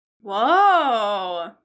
Whoa